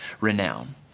renown